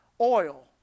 oil